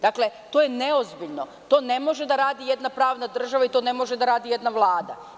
Dakle, to je neozbiljno, to ne može da radi jedna pravna država i to ne može da radi jedna Vlada.